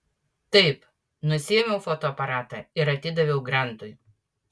taip nusiėmiau fotoaparatą ir atidaviau grantui